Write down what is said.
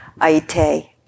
Aite